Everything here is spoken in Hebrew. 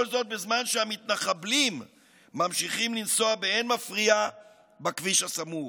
כל זאת בזמן שהמתנחבלים ממשיכים לנסוע באין מפריע בכביש הסמוך.